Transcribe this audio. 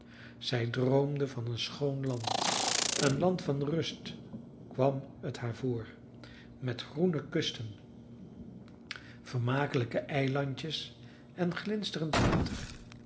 zij droomde van een schoon land een land van rust kwam het haar voor met groene kusten vermakelijke eilandjes en glinsterend water